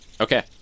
Okay